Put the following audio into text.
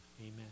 amen